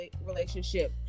relationship